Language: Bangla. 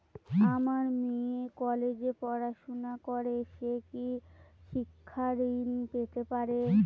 আমার মেয়ে কলেজে পড়াশোনা করে সে কি শিক্ষা ঋণ পেতে পারে?